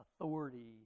authority